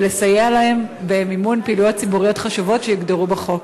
ולסייע להן במימון פעילויות ציבוריות חשובות שיוגדרו בחוק.